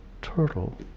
Turtle